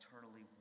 eternally